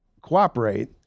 cooperate